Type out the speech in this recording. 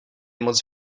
moc